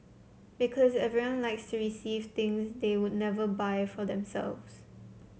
because everyone likes to receive things that they would never buy for themselves